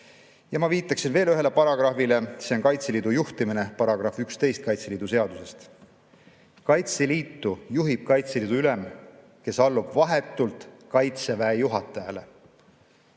Ma viitan veel ühele paragrahvile, see on "Kaitseliidu juhtimine", § 11 Kaitseliidu seaduses: "Kaitseliitu juhib Kaitseliidu ülem, kes allub vahetult Kaitseväe juhatajale."